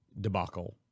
debacle